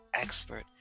expert